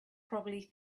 probably